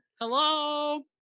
hello